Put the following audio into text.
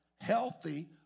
Healthy